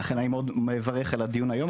אני מאוד מברך על הדיון היום,